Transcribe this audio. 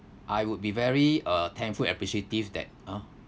I would be very uh thankful and appreciative that ah